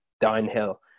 downhill